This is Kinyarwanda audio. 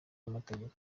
amategeko